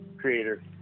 creator